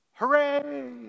Hooray